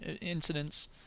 incidents